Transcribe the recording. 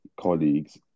colleagues